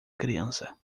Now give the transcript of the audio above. criança